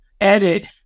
edit